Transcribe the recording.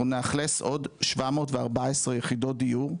אנחנו נאכלס עוד 714 יחידות דיור,